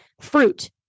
fruit